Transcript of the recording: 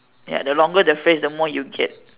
ya the longer the phrase the more you get